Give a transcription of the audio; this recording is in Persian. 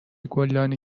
گلدانی